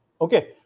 okay